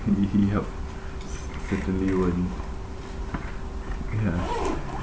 yup certainly worry ya